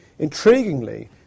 Intriguingly